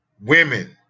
Women